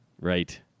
Right